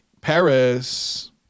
Paris